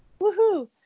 woohoo